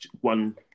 one